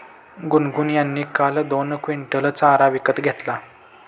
गुनगुन यांनी काल दोन क्विंटल चारा विकत घेतला